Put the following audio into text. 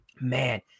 man